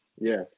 Yes